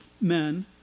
men